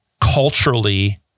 culturally